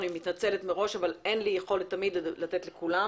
אני מתנצלת מראש אבל אין לי יכולת תמיד לתת לכולם.